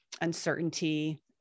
uncertainty